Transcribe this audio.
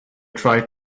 tried